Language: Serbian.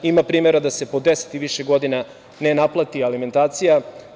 Ima primera da se po 10 i više godina ne naplati alimentacija.